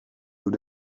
بود